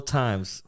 times